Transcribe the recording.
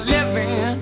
Living